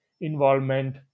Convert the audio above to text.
involvement